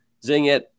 Zingit